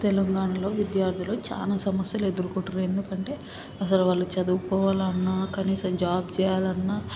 తెలంగాణలో విద్యార్థులు చాలా సమస్యలు ఎదురుకుంటున్నారు ఎందుకంటే అసలు వాళ్ళు చదువుకోవాలన్నా కనీసం జాబ్ చెయ్యాలన్నా